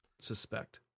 suspect